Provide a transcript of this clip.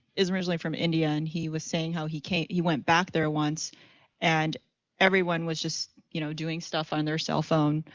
originally from india and he was saying how he came he went back there once and everyone was just, you know, doing stuff on their cell phone.